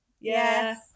Yes